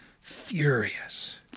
furious